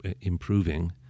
improving